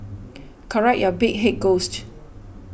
correct your big head ghost